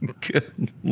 Good